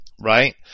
right